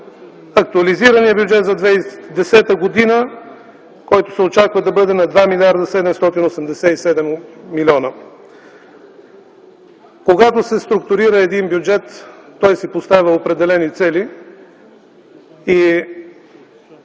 актуализирания бюджет за 2010 г. се очаква да бъде 2 млрд. 787 милиона. Когато се структурира един бюджет, той си поставя определени цели.